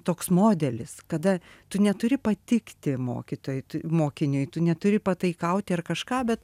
toks modelis kada tu neturi patikti mokytojui mokiniui tu neturi pataikauti ar kažką bet